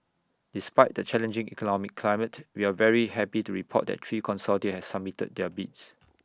despite the challenging economic climate we're very happy to report that three consortia have submitted their bids